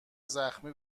زخمتی